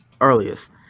earliest